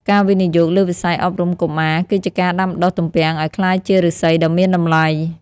ការវិនិយោគលើវិស័យអប់រំកុមារ គឺជាការដាំដុះទំពាំងឱ្យក្លាយជាឫស្សីដ៏មានតម្លៃ។